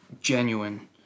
genuine